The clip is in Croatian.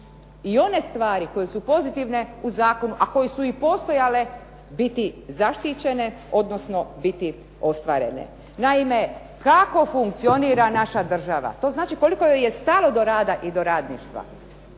i one stvari koje su pozitivne u zakonu, a koje su i postojale, biti zaštićene odnosno biti ostvarene. Naime, kako funkcionira naša država, to znači koliko joj je stalo do rada i do radništva.